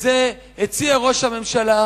את זה הציע ראש הממשלה,